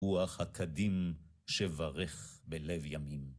רוח הקדים שברך בלב ימים.